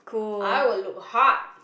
I will look hot